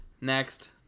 Next